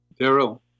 Daryl